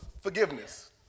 forgiveness